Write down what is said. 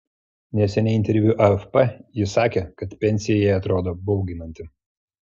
neseniai interviu afp ji sakė kad pensija jai atrodo bauginanti